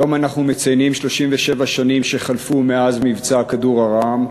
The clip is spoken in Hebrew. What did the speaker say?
היום אנחנו מציינים 37 שנים שחלפו מאז מבצע "כדור הרעם",